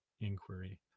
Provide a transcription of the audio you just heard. inquiry